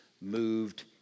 moved